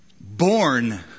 born